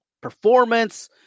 performance